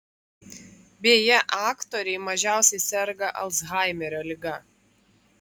beje aktoriai mažiausiai serga alzhaimerio liga